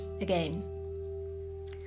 again